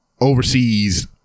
overseas